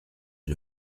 est